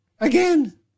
Again